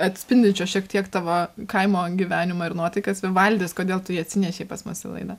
atspindinčio šiek tiek tavo kaimo gyvenimą ir nuotaikas vivaldis kodėl tu jį atsinešei pas mus į laidą